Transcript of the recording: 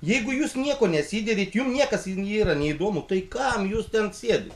jeigu jūs nieko nesiderit jum niekas nėra neįdomu tai kam jūs tamsėti